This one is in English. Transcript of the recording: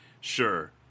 sure